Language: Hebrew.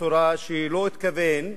בצורה שלא התכוון,